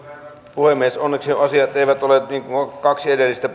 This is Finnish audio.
puhemies onneksi asiat eivät ole niin kuin kahdessa edellisessä